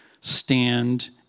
Stand